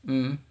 um